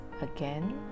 again